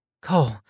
Cole